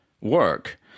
work